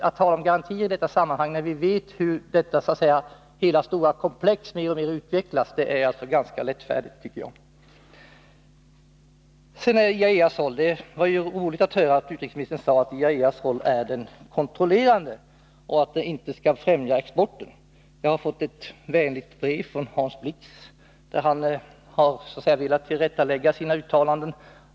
Att tala om garantier i detta sammanhang, när vi vet hur detta stora komplex mer och mer utvecklas, är enligt min mening ganska lättfärdigt. Så till frågan om IAEA: s roll. Det var ju roligt att höra att utrikesministern sade att IAEA:s roll är att vara kontrollerande och inte att främja exporten. Jag har fått ett vänligt brev från Hans Blix, där han så att säga velat tillrättalägga sina uttalanden.